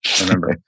remember